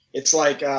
it's like,